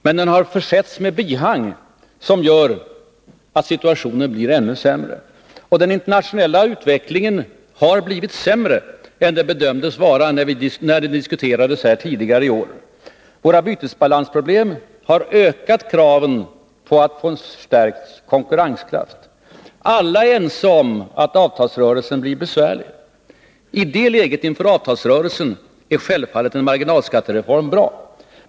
Men den har försetts med bihang, som gör att situationen blir ännu sämre. Och den internationella utvecklingen har blivit sämre än den bedömdes vara när den diskuterades här tidigare i år. Våra bytesbalansproblem har ökat kraven på att vi skall få en stärkt konkurrenskraft. Alla är ense om att avtalsrörelsen blir besvärlig. I det läget, inför avtalsrörelsen, är självfallet en marginalskattereform bra.